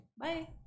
Bye